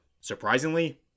Surprisingly